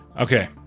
Okay